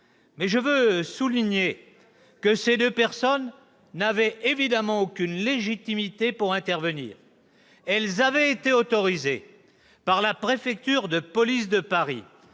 faits. Je veux souligner que ces deux personnes n'avaient évidemment aucune légitimité pour intervenir. Elles avaient été autorisées par la préfecture de police de Paris